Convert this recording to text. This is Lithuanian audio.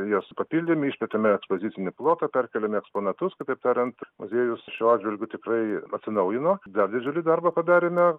jas papildėm išplėtėme ekspozicinį plotą perkėlėme eksponatus kitaip tariant muziejus šiuo atžvilgiu tikrai atsinaujino dar didžiulį darbą padarėme